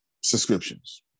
subscriptions